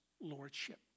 lordship